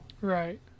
Right